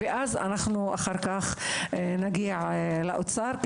אחר כך נגיע לאוצר.